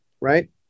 Right